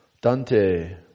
Dante